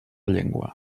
llengua